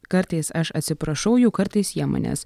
kartais aš atsiprašau jų kartais jie manęs